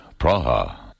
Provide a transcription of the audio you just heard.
Praha